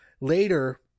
later